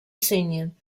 signed